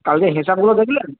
কালকে হিসাবগুলো দেখলেন